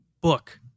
book